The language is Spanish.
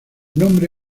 nombre